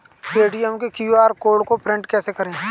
Paytm के QR code को print कैसे करवाएँ?